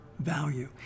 value